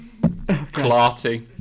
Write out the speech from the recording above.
Clarty